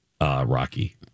Rocky